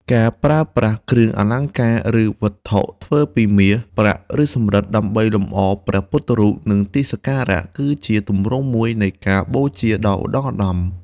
ការប្រើប្រាស់គ្រឿងអលង្ការ ឬវត្ថុធ្វើពីមាស ប្រាក់ ឬសំរឹទ្ធ ដើម្បីលម្អព្រះពុទ្ធរូប និងទីសក្ការៈ គឺជាទម្រង់មួយនៃការបូជាដ៏ឧត្តុង្គឧត្តម។